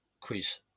quiz